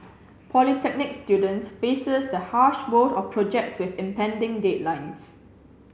polytechnic student faces the harsh world of projects with impending deadlines